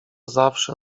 zawsze